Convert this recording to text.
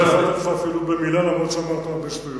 לא הפרעתי לך אפילו במלה אף-על-פי שאמרת הרבה שטויות.